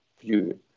view